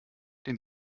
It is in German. den